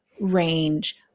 range